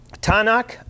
Tanakh